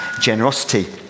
generosity